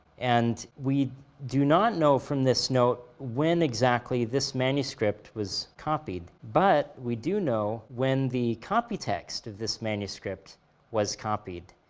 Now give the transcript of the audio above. and we do not know from this note when exactly this manuscript was copied, but we do know when the copy text of this manuscript was copied.